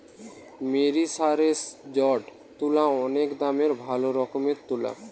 মেরিসারেসজড তুলা অনেক দামের ভালো রকমের তুলা